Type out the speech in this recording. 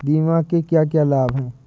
बीमा के क्या क्या लाभ हैं?